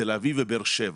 תל אביב ובאר שבע.